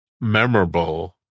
memorable